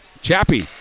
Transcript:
Chappie